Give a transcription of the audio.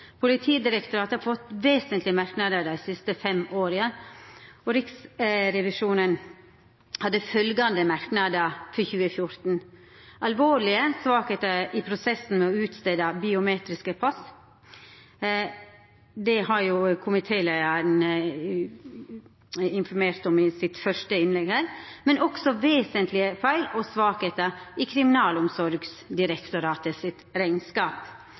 Politidirektoratet har fått vesentlege merknader dei siste fem åra, og Riksrevisjonen hadde følgjande merknader for 2014: «– Alvorlige svakheter i prosessen med å utstede biometriske pass.» Det har komitéleiaren informert om i sitt første innlegg her. Men det er også snakk om «– Vesentlige feil og svakheter i